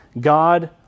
God